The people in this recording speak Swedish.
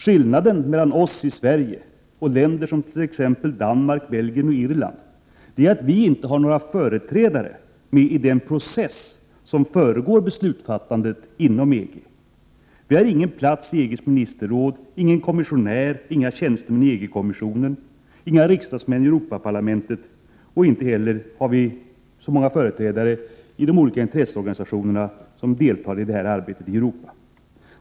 Skillnaden mellan Sverige och länder som Danmark, Belgien och Irland är att Sverige inte har med några företrädare i den process som föregår beslutsfattandet inom EG. Vi har ingen plats i EG:s ministerråd, ingen kommissionär, inga tjänstemän i EG-kommissionen och inga riksdagsmän i Europaparlamentet. Inte heller har vi så många företrädare i de olika intresseorganisationerna som deltar i detta arbete i Europa.